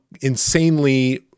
insanely